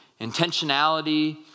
intentionality